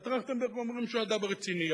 על טרכטנברג אומרים שהוא אדם רציני.